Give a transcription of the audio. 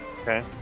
Okay